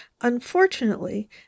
Unfortunately